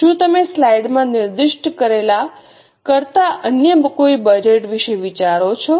શું તમે સ્લાઇડમાં નિર્દિષ્ટ કરેલા કરતા અન્ય કોઇ બજેટ વિશે વિચારો છો